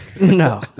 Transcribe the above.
no